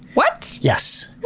what! yes.